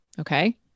Okay